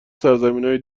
سرزمینای